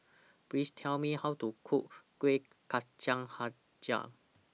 Please Tell Me How to Cook Kueh Kcang Hjau